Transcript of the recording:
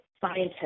scientists